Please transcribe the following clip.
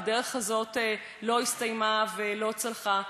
הדרך הזאת לא הסתיימה ולא צלחה.